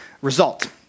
result